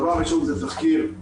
דבר ראשון זה תחקיר,